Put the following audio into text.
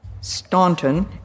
Staunton